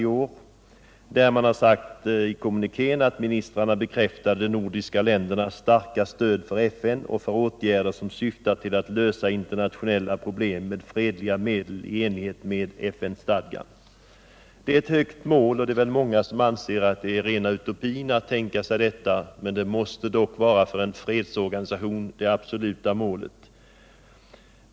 I kommunikén från utrikesministermötet heter det: ”Ministrarna bekräftade de nordiska ländernas starka stöd för FN och för åtgärder som syftar till att lösa internationella problem med fredliga medel i enlighet med FN-stadgan.” Det är ett högt ställt mål, och det är nog många som anser detta vara en utopi, men det måste ändå för en fredsorganisation vara det absoluta målet.